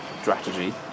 strategy